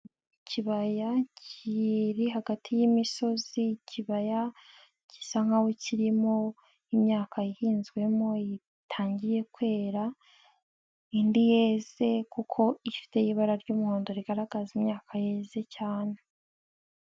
Ikibaya kiri hagati y'imisozi, ikibaya gisa nk'aho kirimo imyaka ihinzwemo itangiye kwera, indi yeze kuko ifite ibara ry'umuhondo rigaragaza imyaka yeze cyane.